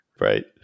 Right